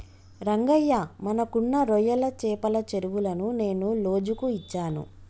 రంగయ్య మనకున్న రొయ్యల చెపల చెరువులను నేను లోజుకు ఇచ్చాను